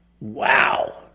wow